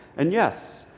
and, yes,